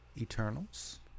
eternals